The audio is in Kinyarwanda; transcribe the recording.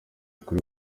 kuri